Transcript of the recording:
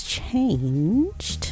changed